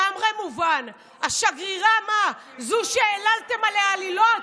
טוב שהשגרירה הגנה עלינו.